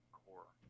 core